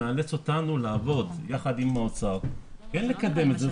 זה מאלץ אותנו לעבוד יחד עם האוצר כן לקדם את זה.